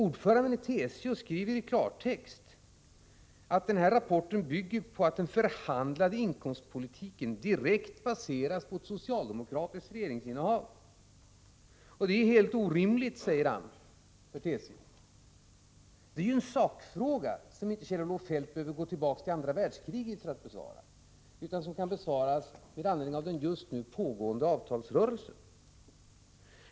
Ordföranden i TCO säger i klarspråk att ”SAMAK-rapporten bygger på att den förhandlade inkomstpolitiken direkt baseras på ett socialdemokratiskt regeringsinnehav”. Vidare säger han att en sådan ordning är helt orimlig för TCO. Det gäller ju en sakfråga. Kjell-Olof Feldt behöver alltså inte gå tillbaka till tiden för andra världskriget för att besvara den frågan utan den kan besvaras med hänvisning till den just nu pågående avtalsrörelsen.